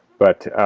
but